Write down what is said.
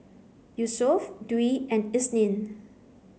Yusuf Dwi and Isnin